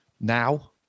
now